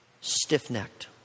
stiff-necked